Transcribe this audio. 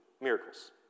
miracles